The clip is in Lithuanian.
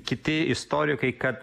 kiti istorikai kad